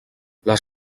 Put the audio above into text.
les